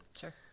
Sure